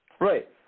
Right